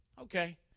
Okay